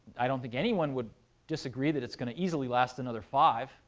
i don't think anyone would disagree that it's going to easily last another five,